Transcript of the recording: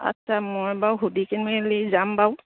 আচ্ছা মই বাৰু সুধি মেলি যাম বাৰু